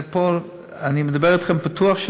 אני מדבר אתכם פתוח,